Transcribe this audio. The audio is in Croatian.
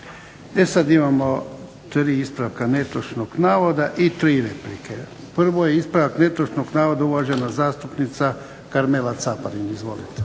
E sad imamo 3 ispravka netočnog navoda i 3 replike. Prvo je ispravak netočnog navoda, uvažena zastupnica Karmela Caparin. Izvolite.